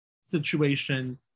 situation